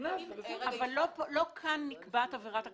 אבל לא כאן נקבעת עבירת הקנס.